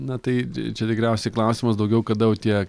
na tai čia tikriausiai klausimas daugiau kada jau tie